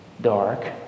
dark